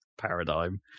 paradigm